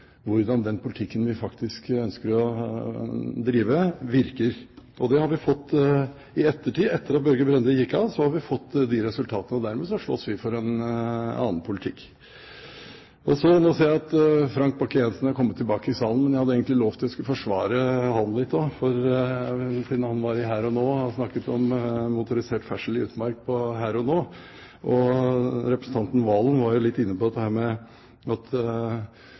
hvordan den politikken vi ønsker å drive, virker. Det har vi fått i ettertid. Etter at Børge Brende gikk av, har vi fått resultatene. Dermed slåss vi for en annen politikk. Nå ser jeg at Frank Bakke Jensen har kommet tilbake i salen. Jeg hadde egentlig lovet at jeg skulle forsvare ham litt også, siden han var i Her og nå og snakket om motorisert ferdsel i utmark. Representanten Serigstad Valen var litt inne på at Bakke Jensen hadde angrepet SV for å ha for stort gjennomslag. Men det er jo veldig stor forskjell på